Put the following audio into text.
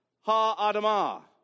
ha-adamah